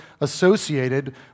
associated